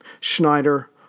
Schneider